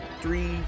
three